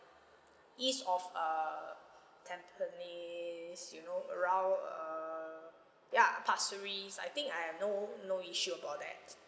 east of err tampines you know around err ya pasir ris I think I have no no issue about that